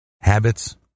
Habits